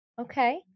okay